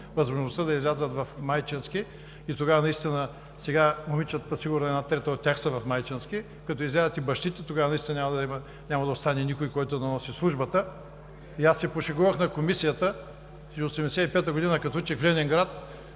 да излязат в майчински, и тогава наистина – сега момичетата, сигурно една трета от тях са в майчински, като излязат и бащите, тогава наистина няма да остане никой, който да носи службата. Аз се пошегувах в Комисията, че 1985 г., като учех в Ленинград